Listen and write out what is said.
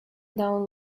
down